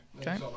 Okay